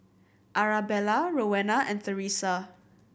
Arabella Rowena and Theresa